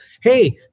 Hey